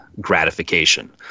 gratification